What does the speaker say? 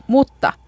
Mutta